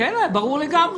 כן, ברור לגמרי.